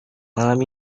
malam